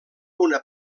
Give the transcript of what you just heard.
una